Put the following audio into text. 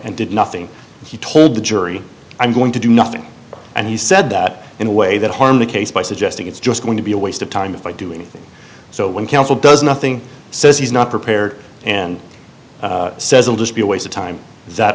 and did nothing he told the jury i'm going to do nothing and he said that in a way that harmed the case by suggesting it's just going to be a waste of time if i do anything so when counsel does nothing says he's not prepared and says i'll just be a waste of time that